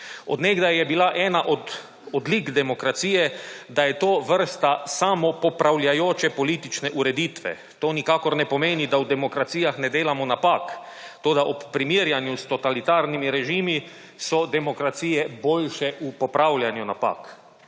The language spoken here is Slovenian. Od nekaj je bila ena od odlik demokracije, da je to vrsta samo popravljajoče politične ureditve. To nikakor ne pomeni, da v demokracijah ne delamo napak, toda ob primerjanju s totalitarnimi režimi, so demokracije boljše v popravljanju napak.